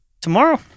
tomorrow